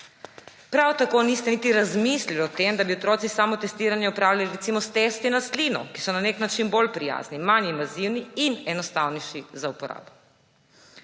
Prav tako niste niti razmislili o tem, da bi otroci samotestiranje opravljali recimo s testi na slino, ki so na nek način bolj prijazni, manj invazivni in enostavnejši za uporabo.